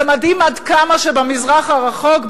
זה מדהים עד כמה שבמזרח הרחוק,